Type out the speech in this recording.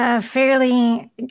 Fairly